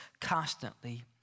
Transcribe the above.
constantly